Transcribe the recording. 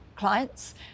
clients